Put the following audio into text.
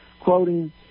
quoting